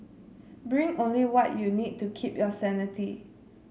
bring only what you need to keep your sanity